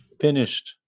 finished